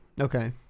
Okay